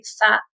fat